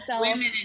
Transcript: Women